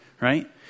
right